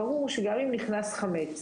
ברור שגם אם נכנס חמץ,